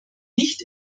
nicht